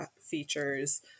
features